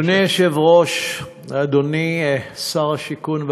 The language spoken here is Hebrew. אדוני היושב-ראש, אדוני שר הבינוי והשיכון,